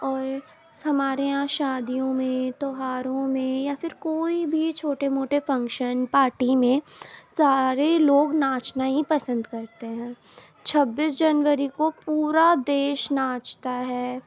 اور ہمارے یہاں شادیوں میں تہواروں میں یا پھر کوئی بھی چھوٹے موٹے فنکشن پارٹی میں سارے لوگ ناچنا ہی پسند کرتے ہیں چھبیس جنوری کو پورا دیش ناچتا ہے